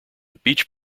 beach